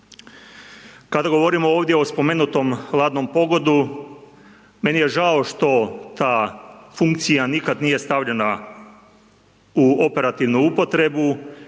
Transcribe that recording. Kada govorimo ovdje o spomenutom hladnom pogonu meni je žao što ta funkcija nikad nije stavljena u operativnu upotrebu